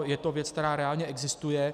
Je to věc, která reálně existuje.